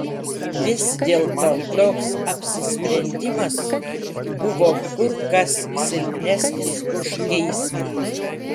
vis dėlto toks apsisprendimas buvo kur kas silpnesnis už geismą